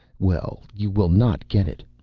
well, you will not get it.